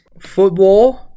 Football